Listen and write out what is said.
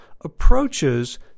approaches